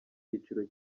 cyiciro